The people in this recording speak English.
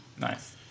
Nice